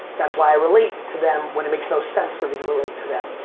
that's why i relate to them when it makes no sense for me to relate to them,